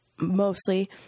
mostly